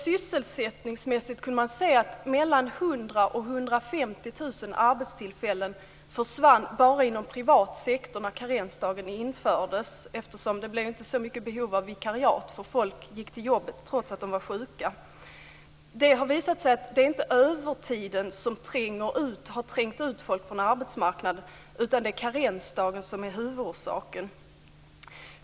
Sysselsättningsmässigt kunde man se att mellan 100 000 och 150 000 arbetstillfällen försvann bara inom privat sektor när karensdagen infördes eftersom det inte blev så stort behov av vikariat. Folk gick till jobbet trots att de var sjuka. Det har visat sig att det inte är övertiden som har trängt ut folk från arbetsmarknaden utan det är karensdagen som är huvudorsaken.